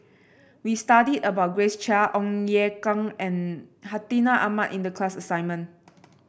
we studied about Grace Chia Ong Ye Kung and Hartinah Ahmad in the class assignment